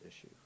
issue